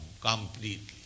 completely